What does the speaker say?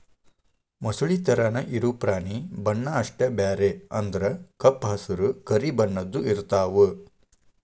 ಮೊಸಳಿ ತರಾನ ಇರು ಪ್ರಾಣಿ ಬಣ್ಣಾ ಅಷ್ಟ ಬ್ಯಾರೆ ಅಂದ್ರ ಕಪ್ಪ ಹಸರ, ಕರಿ ಬಣ್ಣದ್ದು ಇರತಾವ